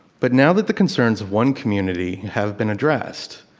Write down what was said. but now that the concerns of one community have been addressed,